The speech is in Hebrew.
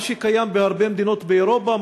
מה שקיים בהרבה מדינות באירופה,